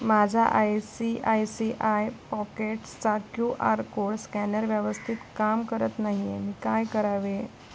माझा I C I C I पॉकेट्सचा Q R code scanner व्यवस्थित काम करत नाही आहे मी काय करावे